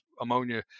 ammonia